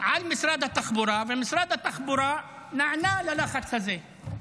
על משרד התחבורה, ומשרד התחבורה נענה ללחץ הזה,